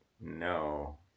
no